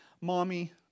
Mommy